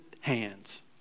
hands